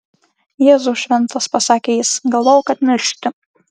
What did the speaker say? jėzau šventas pasakė jis galvojau kad miršti